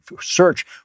search